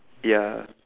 ya